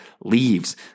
leaves